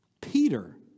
Peter